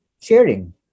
sharing